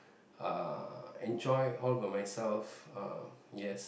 uh enjoy all by myself uh yes